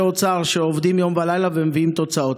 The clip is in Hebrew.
האוצר שעובדים יום ולילה ומביאים תוצאות.